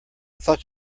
thought